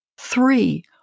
Three